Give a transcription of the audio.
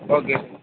okay